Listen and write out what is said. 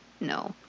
No